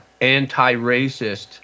anti-racist